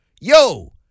Yo